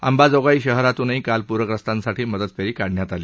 अंबाजोगाई शहरातूनही काल पूरग्रस्तांसाठी मदत फेरी काढण्यात आली